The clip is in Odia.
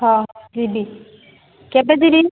ହଁ ଯିବି କେବେ ଯିବି